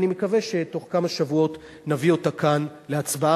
ואני מקווה שתוך כמה שבועות נביא אותה כאן להצבעה.